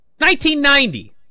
1990